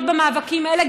להיות במאבקים האלה,